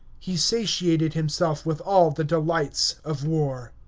he satiated himself with all the delights of war.